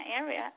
area